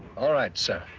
all right, sir.